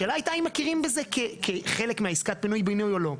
השאלה הייתה אם מכירים בזה כחלק מעסקת פינוי-בינוי או לא.